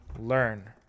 learn